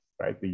right